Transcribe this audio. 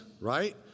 right